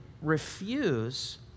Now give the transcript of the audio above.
refuse